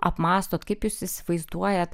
apmąstot kaip jūs įsivaizduojat